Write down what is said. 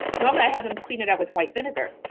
normally i have them clean it up with white vinegar,